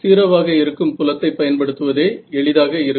0 ஆக இருக்கும் புலத்தை பயன்படுத்துவதே எளிதாக இருக்கும்